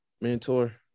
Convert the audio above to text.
mentor